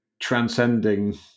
Transcending